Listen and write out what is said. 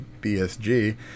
BSG